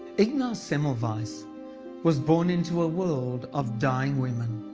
ignaz semmelweis so was born into a world of dying women.